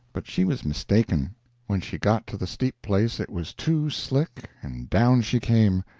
but she was mistaken when she got to the steep place it was too slick and down she came,